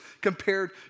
compared